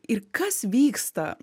ir kas vyksta